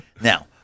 Now